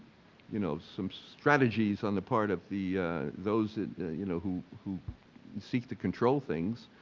you know, some strategies on the part of the those that, you know, who who seek to control things,